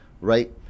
Right